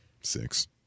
Six